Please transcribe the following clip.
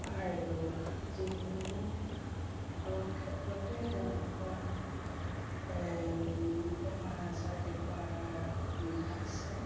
আৰু যিকোনো ধৰক ক্ষেত্ৰতে তেওঁলোকৰ বেমাৰ আজাৰ দেখুৱাৰ সুবিধা আছে